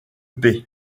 paix